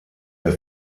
der